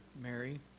Mary